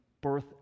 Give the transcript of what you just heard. birth